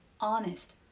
honest